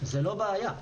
זאת לא בעיה,